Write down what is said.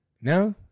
No